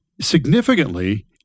significantly